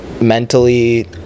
mentally